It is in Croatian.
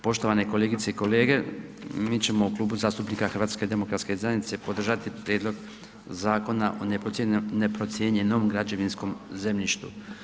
Poštovane kolegice i kolege mi ćemo u Kluba zastupnika HDZ-a podržati Prijedlog Zakona o neprocijenjenom građevinskom zemljištu.